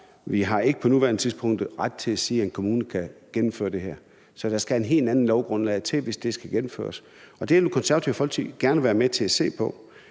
på, at vi på nuværende tidspunkt ikke har ret til at sige, at en kommune kan gennemføre det her. Så der skal et helt andet lovgrundlag til, hvis det skal gennemføres. Og det vil Det Konservative Folkeparti gerne være med til at se på.